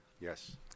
Yes